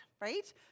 right